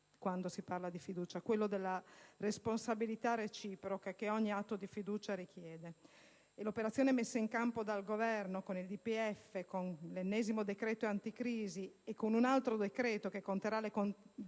in tema di fiducia: quello della responsabilità reciproca che ogni atto di fiducia richiede. L'operazione messa in campo dal Governo con il DPEF, con l'ennesimo decreto anticrisi e con un altro decreto che conterrà le correzioni